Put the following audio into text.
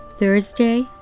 Thursday